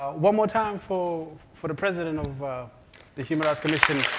one more time for for the president of the human earth commission.